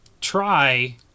try